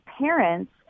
parents